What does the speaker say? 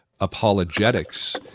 apologetics